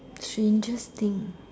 strangest thing